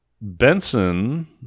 Benson